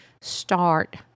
start